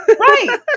Right